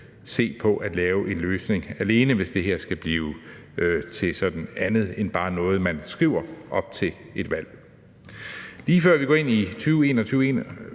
se på at lave en løsning alene, hvis det her skal blive til sådan andet end bare noget, man skriver op til et valg. Lige før vi går ind i 2021,